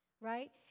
Right